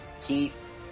Keith